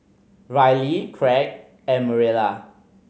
Ryley Kraig and Mariela